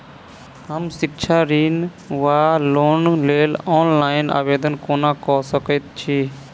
हम शिक्षा ऋण वा लोनक लेल ऑनलाइन आवेदन कोना कऽ सकैत छी?